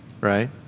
right